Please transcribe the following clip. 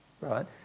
Right